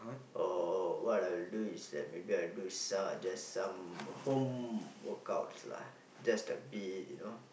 or what I will do is that maybe I'll do some just some home workouts lah just a bit you know